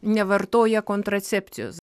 nevartoja kontracepcijos